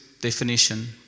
definition